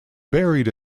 buried